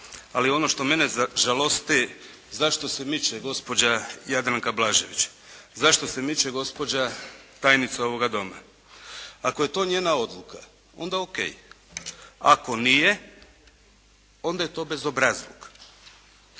ali ono što mene žalosti, zašto se miče gospođa Jadranka Blažević? Zašto se miče gospođa tajnica ovoga Doma? Ako je to njena odluka, onda O.K., ako nije onda je to bezobrazlug.